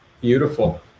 Beautiful